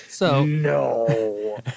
No